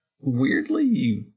Weirdly